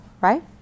right